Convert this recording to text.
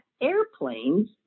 airplanes